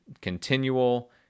continual